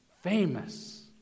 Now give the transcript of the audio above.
famous